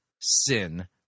sin